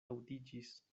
aŭdiĝis